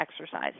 exercise